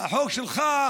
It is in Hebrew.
החוק שלך,